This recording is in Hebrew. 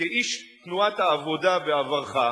כאיש תנועת העבודה בעברך,